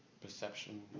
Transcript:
perception